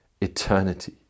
eternity